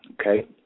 Okay